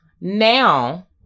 Now